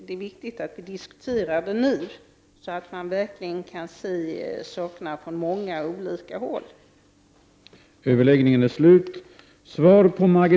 Det är viktigt att vi diskuterar dessa frågor nu, så att man verkligen kan se sakerna från många olika utgångspunkter.